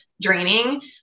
draining